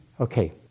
Okay